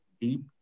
deep